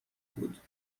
بود